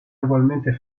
ugualmente